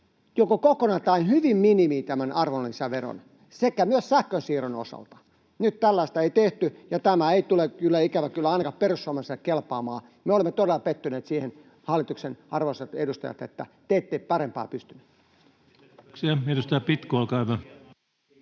joko kokonaan tai hyvin minimiin tämän arvonlisäveron, myös sähkönsiirron osalta. Nyt tällaista ei tehty, ja tämä ei tule, ikävä kyllä, ainakaan perussuomalaisille kelpaamaan. Me olemme todella pettyneet siihen, arvoisat hallituksen edustajat, että te ette parempaan pystyneet.